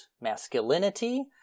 masculinity